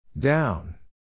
Down